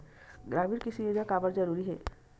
ग्रामीण कृषि योजना काबर जरूरी हे?